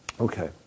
Okay